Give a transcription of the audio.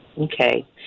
Okay